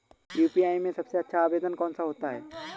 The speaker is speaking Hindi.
यू.पी.आई में सबसे अच्छा आवेदन कौन सा होता है?